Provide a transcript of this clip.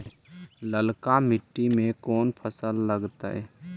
ललका मट्टी में कोन फ़सल लगतै?